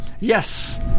yes